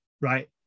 right